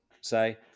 say